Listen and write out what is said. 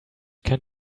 can